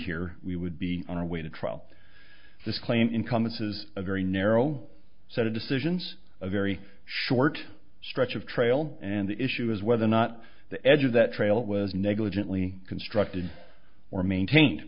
here we would be on our way to trial this claim income this is a very narrow set of decisions a very short stretch of trail and the issue is whether or not the edge of that trail was negligently constructed or maintain